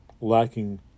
lacking